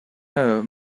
her